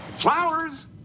Flowers